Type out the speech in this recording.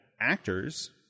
actors